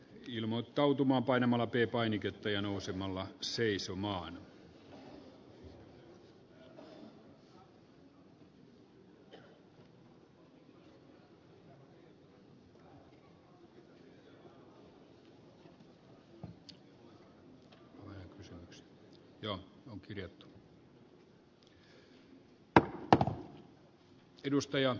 ilmoittautuminen painamalla tie painiketta ja nousemalla herra puhemies